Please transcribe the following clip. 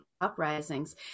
uprisings